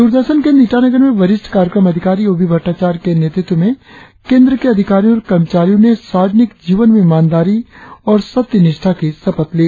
दूरदर्शन केंद्र ईटानर में वरिष्ठ कार्यक्रम अधिकारी ओ बी भट्टाचार्य के नेतृत्व में केंद्र के अधिकारियों और कर्मचारियों ने सार्वजनिक जीवन में ईमानदारी और सत्यनिष्ठा की शपथ ली